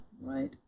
Right